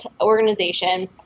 organization